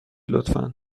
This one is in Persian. لطفا